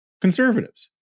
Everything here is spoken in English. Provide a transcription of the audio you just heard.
conservatives